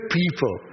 people